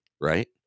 right